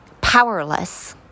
Powerless